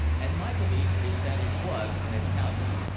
and my belief is that it was an italian.